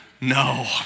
No